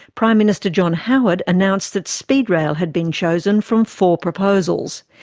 prime minister john howard announced that speedrail had been chosen from four proposals.